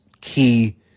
key